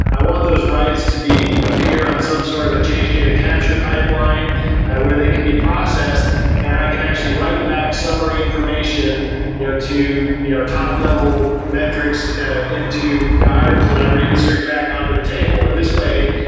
i want those writes to appear on some sort of a change data capture pipeline where they can be processed and i can actually write back summary information you know to you know top level metrics into yeah items that i reinsert back on to the table. in this way,